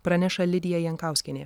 praneša lidija jankauskienė